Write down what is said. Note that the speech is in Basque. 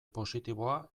positiboa